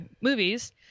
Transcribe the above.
movies